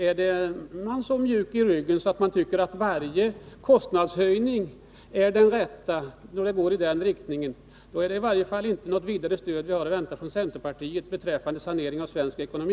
Är man så mjuk i ryggen att man tycker att varje kostnadshöjning är den rätta när pengarna går till sådana här ändamål, då är det inget vidare stöd vi har att vänta från centerpartiet för en sanering av svensk ekonomi.